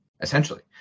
essentially